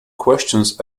questions